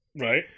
Right